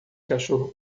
cachorro